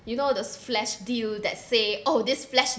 you know those flash deal that say oh this flash